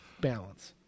balance